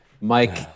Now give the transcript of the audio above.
Mike